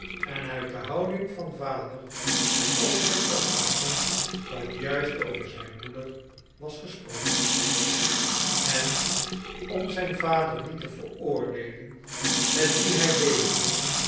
en uit de houding van vader en oom kon opmaken dat juist over zijn moeder was gesproken en om zijn vader niet te veroordeelen met wien hij leefde